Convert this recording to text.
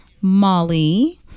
molly